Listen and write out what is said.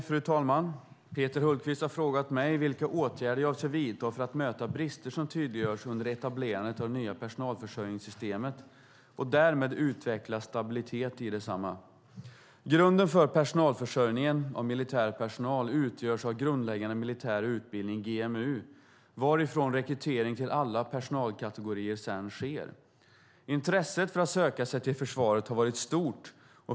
Fru talman! Peter Hultqvist har frågat mig vilka åtgärder jag avser att vidta för att möta brister som tydliggörs under etablerandet av det nya personalförsörjningssystemet och därmed utveckla stabilitet i detsamma. Grunden för personalförsörjningen av militär personal utgörs av grundläggande militär utbildning , varifrån rekrytering till alla personalkategorier sedan sker. Intresset för att söka sig till försvaret har varit stort.